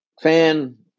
fan